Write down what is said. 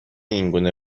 اینگونه